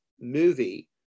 movie